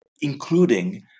including